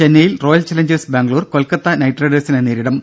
ചെന്നൈയിൽ Royal Challengers Bangalore Kolkata Knight റൈഡേഴ്സിനെ നേരിടും